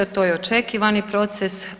To je očekivani proces.